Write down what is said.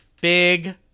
Big